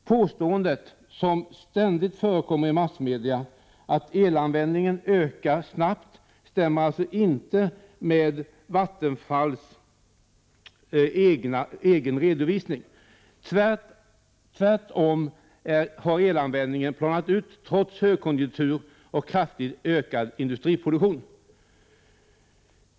Påståendet — som ständigt förekommer i massmedia — att elanvändningen ökar snabbt stämmer alltså inte med Vattenfalls egen redovisning. Tvärtom har elanvändningen planat ut trots högkonjunktur och kraftigt ökad industriproduktion.